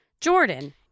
Jordan